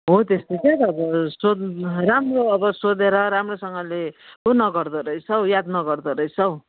हो त्यस्तो क्या त अब सोध् राम्रो अब सोधेर राम्रोसँगले ऊ नगर्दो रहेछ हौ याद नगर्दो रहेछ हौ